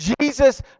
Jesus